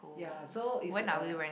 ya so it's a